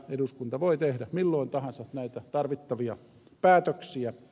eduskunta voi tehdä milloin tahansa näitä tarvittavia päätöksiä